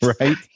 Right